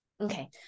Okay